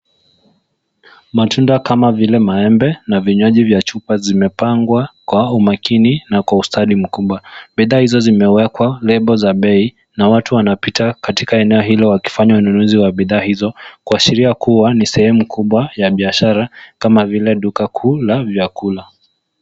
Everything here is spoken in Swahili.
Matunda kama vile maembe na vinywaji vya chupa zimepangwa kwa umakini na ustadi mkubwa. Bidhaa hizo zimewekwa lebo za bei na watu wanapita katika eneo hilo wakifanya ununuzi wa bidhaa hizo kuashiria kuwa ni sehemu kubwa ya biashara kama vile duka kuu la vyakula.